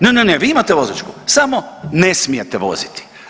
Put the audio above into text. Ne, ne, ne, vi imate vozačku, samo ne smijete voziti.